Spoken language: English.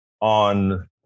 on